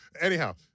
anyhow